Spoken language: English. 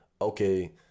okay